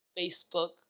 Facebook